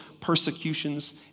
persecutions